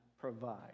provide